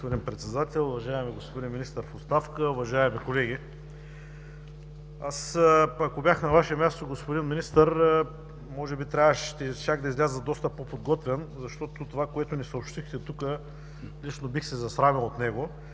ако бях на Ваше място, господин Министър, може би щях да изляза доста по-подготвен, защото това, което ни съобщихте тук – лично бих се засрамил от него,